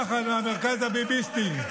פחד מהמרכז הביביסטי.